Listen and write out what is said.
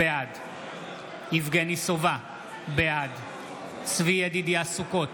בעד יבגני סובה, בעד צבי ידידיה סוכות,